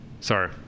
Sorry